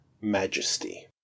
majesty